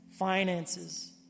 Finances